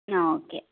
okay